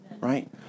right